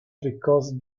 because